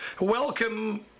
Welcome